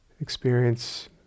experience